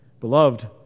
Beloved